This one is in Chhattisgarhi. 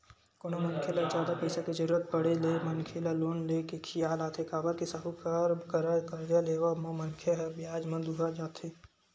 कोनो मनखे ल जादा पइसा के जरुरत पड़े ले मनखे ल लोन ले के खियाल आथे काबर के साहूकार करा करजा लेवब म मनखे ह बियाज म दूहा जथे